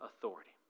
authority